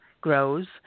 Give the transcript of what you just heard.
grows